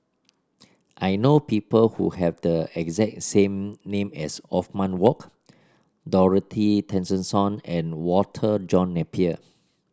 I know people who have the exact same name as Othman Wok Dorothy Tessensohn and Walter John Napier